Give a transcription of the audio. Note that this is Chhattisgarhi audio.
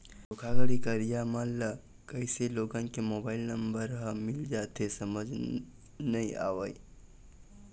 धोखाघड़ी करइया मन ल कइसे लोगन के मोबाईल नंबर ह मिल जाथे समझ नइ आवय